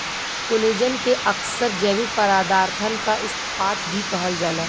collagen के अक्सर जैविक पदारथन क इस्पात भी कहल जाला